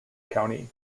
county